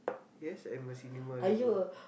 yes I'm a cinema lover